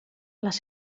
les